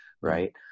Right